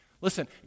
Listen